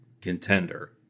contender